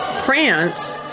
France